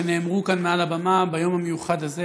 שנאמרו כאן מעל הבמה ביום המיוחד הזה